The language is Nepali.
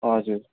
हजुर